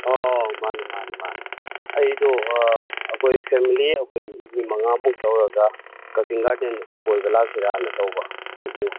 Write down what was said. ꯑꯣ ꯃꯥꯅꯤ ꯃꯥꯅꯤ ꯃꯥꯅꯤ ꯑꯩꯗꯣ ꯑꯥ ꯑꯩꯈꯣꯏ ꯐꯦꯝꯂꯤ ꯑꯩꯈꯣꯏ ꯃꯤ ꯃꯉꯥꯃꯨꯛ ꯇꯧꯔꯒ ꯀꯛꯆꯤꯡ ꯒꯥꯔꯗꯦꯟꯗꯨꯗ ꯀꯣꯏꯕ ꯂꯥꯛꯁꯤꯔꯅ ꯇꯧꯕ ꯑꯗꯨ